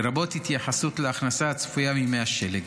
לרבות התייחסות להכנסה הצפויה מימי השלג.